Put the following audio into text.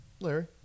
Larry